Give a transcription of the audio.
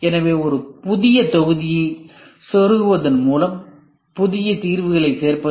எனவே ஒரு புதிய தொகுதியை சொருகுவதன் மூலம் புதிய தீர்வுகளைச் சேர்ப்பது